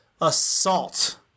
assault